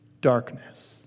darkness